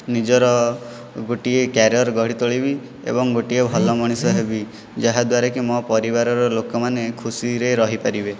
ନିଜର ଗୋଟିଏ କ୍ୟାରିଅର ଗଢ଼ି ତୋଳିବି ଏବଂ ଗୋଟିଏ ଭଲ ମଣିଷ ହେବି ଯାହା ଦ୍ଵାରାକି ମୋ' ପରିବାରର ଲୋକମାନେ ଖୁସିରେ ରହିପାରିବେ